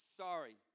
sorry